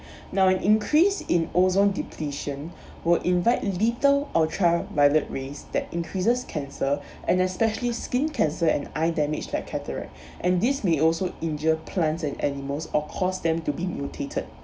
now an increase in ozone depletion will invite little ultra violet rays that increases cancer and especially skin cancer and eye damage like cataract and this may also injure plants and animals or cause them to be mutated